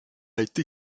été